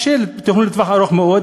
אז שיהיה פתרון לטווח ארוך מאוד